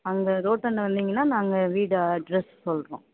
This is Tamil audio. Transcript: அங்கே ரோட்டாண்ட வந்தீங்கனால் நாங்கள் வீடு அட்ரெஸ் சொல்கிறோம்